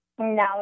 No